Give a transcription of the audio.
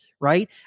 right